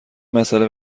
مسأله